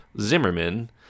Zimmerman